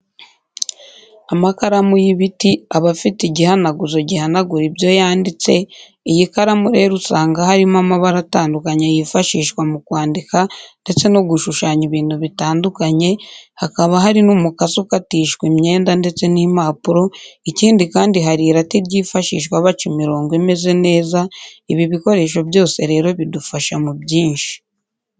Amakaramu y'ibiti aba afite igihanaguzo gihanagura ibyo yanditse, iyi karamu rero usanga harimo amabara atandukanye yifashishwa mu kwandika ndetse no gushushanya ibintu bitandukanye, hakaba hari n'umukasi ukatishwa imyenda ndetse n'impapuro, ikindi kandi hari irati ryifashishwa baca imirongo imeze neza, ibi bikoresho byose rero bidufasha mu byinshi.